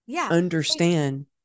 understand